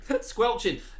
squelching